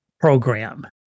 program